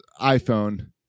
iPhone